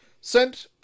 sent